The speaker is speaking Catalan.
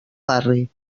barri